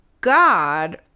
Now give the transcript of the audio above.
God